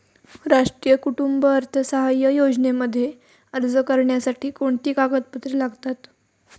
राष्ट्रीय कुटुंब अर्थसहाय्य योजनेमध्ये अर्ज करण्यासाठी कोणती कागदपत्रे लागतात?